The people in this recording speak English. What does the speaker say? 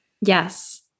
Yes